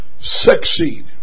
succeed